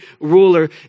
ruler